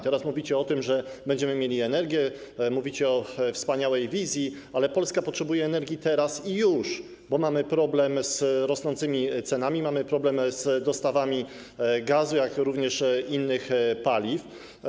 Teraz mówicie o tym, że będziemy mieli energię, mówicie o wspaniałej wizji, ale Polska potrzebuje energii teraz, już, bo mamy problem z rosnącymi cenami, mamy problem z dostawami gazu, jak również innych paliw.